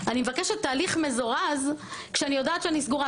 אני מבקשת תהליך מזורז כשאני יודעת שאני סגורה.